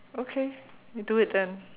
okay you do it then